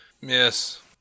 yes